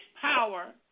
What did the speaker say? power